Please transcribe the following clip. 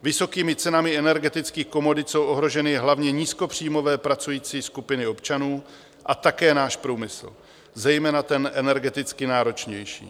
Vysokými cenami energetických komodit jsou ohroženy hlavně nízkopříjmové pracující skupiny občanů a také náš průmysl, zejména ten energeticky náročnější.